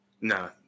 No